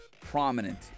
prominent